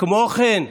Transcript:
כמו כן,